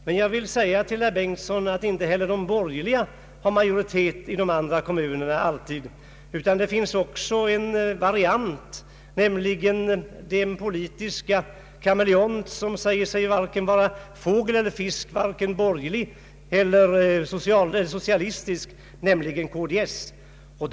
Men jag vill säga till herr Bengtson att inte heller de borgerliga har majoritet i alla de andra kommunerna, utan det finns en variant, nämligen den politiska kameleont som säger sig vara varken fågel eller fisk, varken borgerlig eller = socialistisk, dvs. KDS.